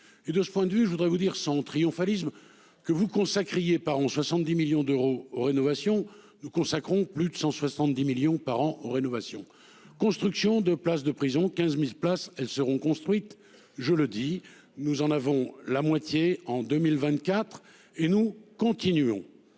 et de ce point de vue, je voudrais vous dire sans triomphalisme que vous consacriez par 70 millions d'euros rénovation nous consacrons plus de 170 millions par an rénovation construction de places de prison 15.000 places. Elles seront construites, je le dis, nous en avons la moitié en 2024 et nous continuons.